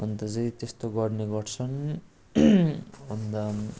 अन्त चाहिँ त्यस्तो गर्ने गर्छन् अन्त